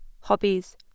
hobbies